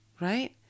Right